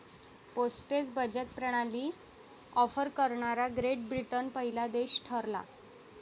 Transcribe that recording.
postage बचत प्रणाली offer करणारा ग्रेट ब्रिटन पहिला देश ठरला